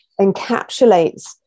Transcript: encapsulates